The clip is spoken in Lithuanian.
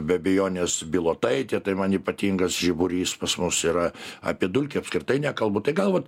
be abejonės bilotaitė tai man ypatingas žiburys pas mus yra apie dulkį apskritai nekalbu tai gal vat